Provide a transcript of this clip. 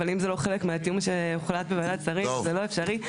אבל אם זה לא חלק מהתיאום שהוחלט בוועדת שרים אז זה בלתי אפשרי.